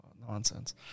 Nonsense